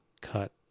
cut